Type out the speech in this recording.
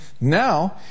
Now